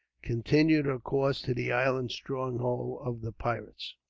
continued her course to the island stronghold of the pirates.